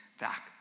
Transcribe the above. back